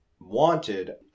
wanted